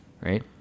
right